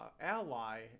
ally